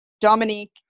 Dominique